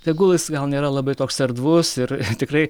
tegul jis gal nėra labai toks erdvus ir tikrai